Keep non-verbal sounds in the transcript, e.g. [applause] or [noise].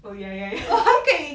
oh ya ya ya [laughs]